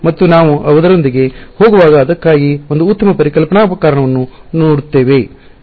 ಮತ್ತು ನಾವು ಅದರೊಂದಿಗೆ ಹೋಗುವಾಗ ಅದಕ್ಕಾಗಿ ಒಂದು ಉತ್ತಮ ಪರಿಕಲ್ಪನಾ ಕಾರಣವನ್ನು ನೋಡುತ್ತೇವೆ ಎಂದು ನಾವು ನೋಡುತ್ತೇವೆ